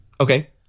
Okay